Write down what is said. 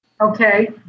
Okay